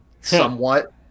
somewhat